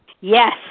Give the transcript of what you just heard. Yes